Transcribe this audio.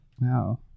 Wow